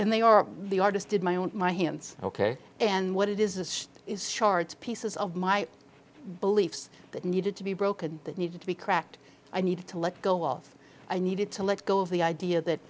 then they are the artist did my own my hands ok and what it is is shards of pieces of my beliefs that needed to be broken that need to be cracked i need to let go of i needed to let go of the idea that